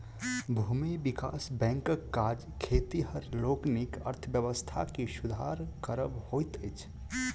भूमि विकास बैंकक काज खेतिहर लोकनिक अर्थव्यवस्था के सुधार करब होइत अछि